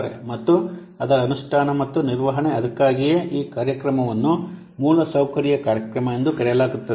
ಮತ್ತು ಅದರ ಅನುಷ್ಠಾನ ಮತ್ತು ನಿರ್ವಹಣೆ ಅದಕ್ಕಾಗಿಯೇ ಈ ಕಾರ್ಯಕ್ರಮವನ್ನು ಮೂಲಸೌಕರ್ಯ ಕಾರ್ಯಕ್ರಮ ಎಂದು ಕರೆಯಲಾಗುತ್ತದೆ